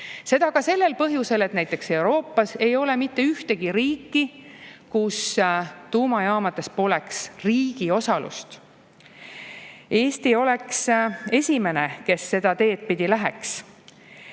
Seda ka sellel põhjusel, et näiteks Euroopas ei ole mitte ühtegi riiki, kus tuumajaamades poleks riigi osalust. Eesti oleks esimene, kes seda teed pidi läheks.